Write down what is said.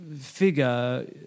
figure